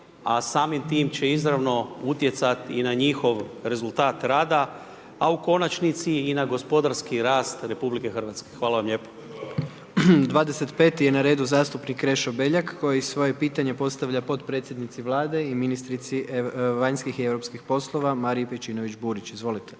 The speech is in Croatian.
a samim time će izravno utjecati i na njihov rezultat rada a u konačnici i na gospodarski rast RH. Hvala vam lijepo. **Jandroković, Gordan (HDZ)** 25. je na redu zastupnik Krešo Beljak, koji svoje pitanje postavlja potpredsjednici Vlade i ministrici vanjskih i europskih poslova Mariji Pejčinović-Burić. Izvolite.